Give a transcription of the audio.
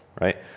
right